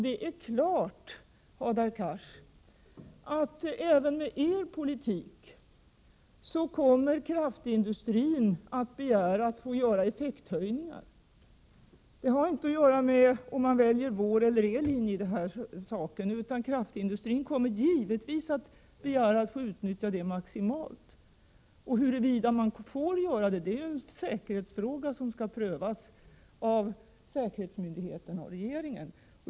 Det står klart, Hadar Cars, att kraftindustrin även med er politik kommer att begära att få göra effekthöjningar. Det har inte att göra med om man väljer vår eller er linje i denna sak. Kraftindustrin kommer givetvis att begära maximalt utnyttjande. Huruvida man får göra på detta sätt är en säkerhetsfråga, som skall prövas av säkerhetsmyndigheterna och regeringen.